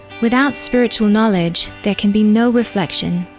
without spiritual knowledge, there can be no reflection,